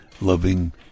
loving